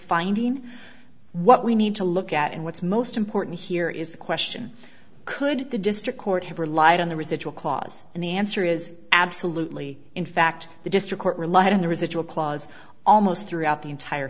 finding what we need to look at and what's most important here is the question could the district court have relied on the residual clause and the answer is absolutely in fact the district court relied on the residual clause almost throughout the entire